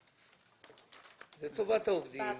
זה לטובת העובדים.